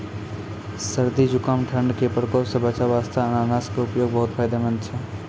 सर्दी, जुकाम, ठंड के प्रकोप सॅ बचै वास्तॅ अनानस के उपयोग बहुत फायदेमंद छै